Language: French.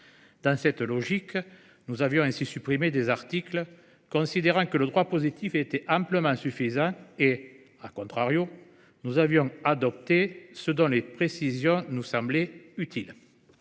Dans cette logique, nous avions supprimé certains articles, en considérant que le droit positif était amplement suffisant et,, nous avions adopté ceux dont les précisions nous semblaient utiles.